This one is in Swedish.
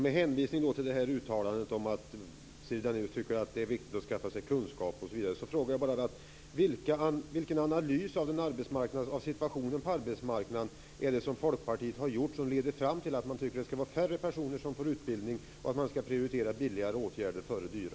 Med hänvisning till uttalandet att Siri Dannaeus tycker det är viktigt att skaffa sig kunskap vill jag fråga: Vilken analys av situationen på arbetsmarknaden har Folkpartiet gjort som leder fram till att man tycker att det skall vara färre personer som får utbildning och att man skall prioritera billigare åtgärder framför dyra?